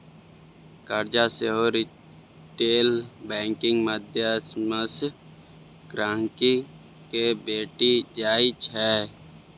करजा सेहो retail banking माध्यमसँ गांहिकी केँ भेटि जाइ छै